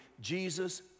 Jesus